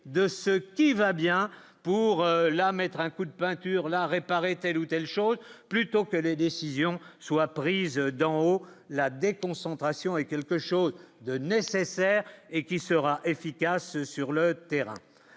de ce qui va bien pour la mettre un coup de peinture la réparer telle ou telle chose plutôt que les décisions soient prises d'en haut, la déconcentration est quelque chose de nécessaire et qui sera efficace sur le terrain,